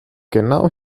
genau